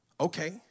okay